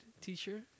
Teacher